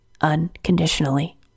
unconditionally